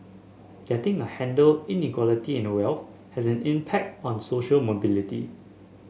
getting a handle Inequality in wealth has an impact on social mobility